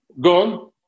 gone